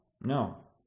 No